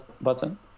button